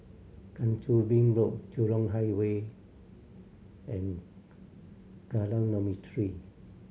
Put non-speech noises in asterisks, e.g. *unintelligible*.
Kang Choo Bin Road Jurong Highway and *unintelligible* Kallang Dormitory